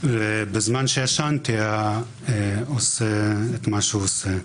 בזמן שישנתי הוא היה עושה את מה שהוא עושה.